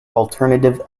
alternative